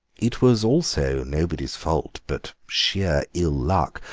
it was also nobody's fault, but sheer ill-luck,